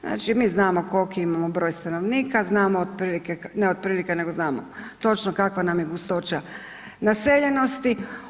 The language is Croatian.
Znači mi znamo koliki imamo broj stanovnika, znamo otprilike, ne otprilike nego znamo točno kakva nam je gustoća naseljenosti.